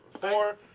Four